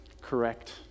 correct